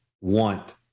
want